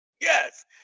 Yes